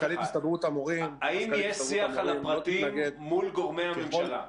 האם יש שיח על הפרטים מול גורמי הממשלה?